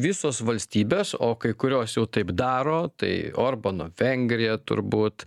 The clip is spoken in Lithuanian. visos valstybės o kai kurios jau taip daro tai orbano vengrija turbūt